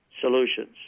solutions